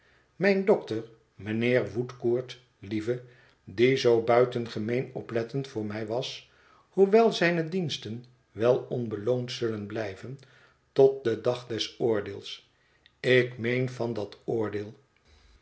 mijn dokter mijnheer woodcourt lieve die zoo buitengemeen oplettend voor mij was hoewel zijne diensten wel onbeloond zullen blijven tot den dag des oordeels ik meen van dat oordeel